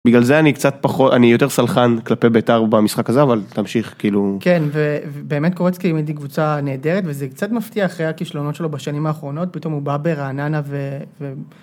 בגלל זה אני קצת פחות אני יותר סלחן כלפי ביתר במשחק הזה אבל תמשיך כאילו כן ובאמת קוראים לי קבוצה נהדרת וזה קצת מפתיע אחרי הכישלונות שלו בשנים האחרונות פתאום הוא בא ברעננה ו.